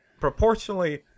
proportionally